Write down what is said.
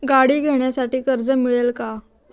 गाडी घेण्यासाठी कर्ज मिळेल का?